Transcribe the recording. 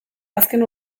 azken